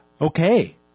Okay